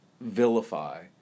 vilify